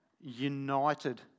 united